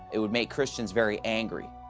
it would make christians very angry,